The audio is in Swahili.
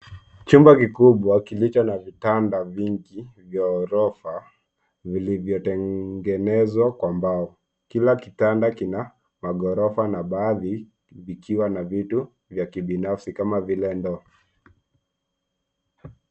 Chumba kikubwa kilicho na vitanda vingi vya orofa vilivyotengenezwa kwa mbao. Kila kitanda kina maghorofa na baadhi vikiwa na vitu vya kibinafsi kama vile ndoo.